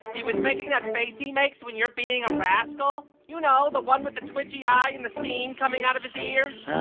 was making that face he makes when you're being a rascal you know, the one with the twitchy eye and the steam coming out of his ears?